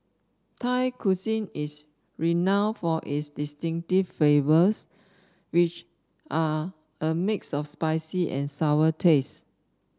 thai cuisine is renowned for its distinctive flavors which are a mix of spicy and sour tastes